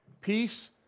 Peace